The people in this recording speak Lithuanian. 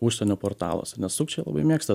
užsienio portaluose nes sukčiai labai mėgsta